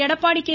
Edappadi K